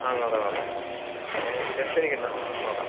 ആ നോക്കാം നോക്കാം അതിനു ടെന്ഷനടിക്കണ്ട ഉം നോക്കാം